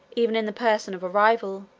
even in the person of a rival,